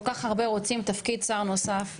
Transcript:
כל כך הרבה רוצים תפקיד שר נוסף,